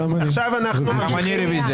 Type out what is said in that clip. ואמר: לא אכפת לי.